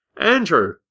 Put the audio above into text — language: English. Andrew